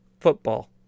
football